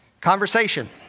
Conversation